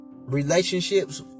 relationships